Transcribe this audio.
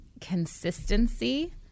consistency